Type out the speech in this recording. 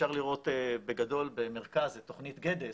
אפשר לראות בגדול במרכז את תוכנית גדס,